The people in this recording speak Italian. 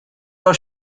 allo